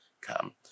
come